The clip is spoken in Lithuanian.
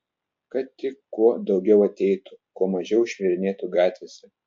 kad tik kuo daugiau ateitų kuo mažiau šmirinėtų gatvėse